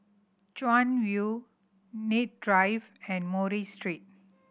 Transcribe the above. Chuan View Kent Drive and Murray Street